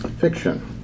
fiction